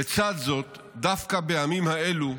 לצד זאת, דווקא בימים האלו,